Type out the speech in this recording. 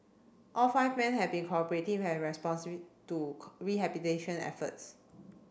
all five men had been cooperative and to rehabilitation efforts